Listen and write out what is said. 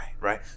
Right